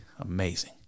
amazing